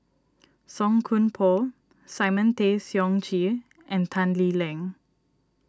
Song Koon Poh Simon Tay Seong Chee and Tan Lee Leng